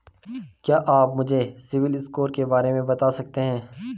क्या आप मुझे सिबिल स्कोर के बारे में बता सकते हैं?